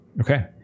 Okay